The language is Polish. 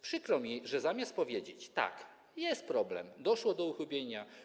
Przykro mi, że zamiast powiedzieć: tak, jest problem, doszło do uchybienia.